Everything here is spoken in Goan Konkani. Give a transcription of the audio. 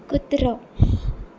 कुत्रो